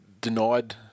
denied